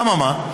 אממה?